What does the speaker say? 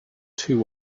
two